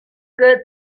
good